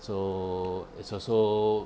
so it's also